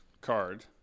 card